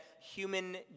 human